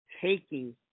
taking